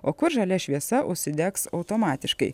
o kur žalia šviesa užsidegs automatiškai